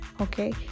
Okay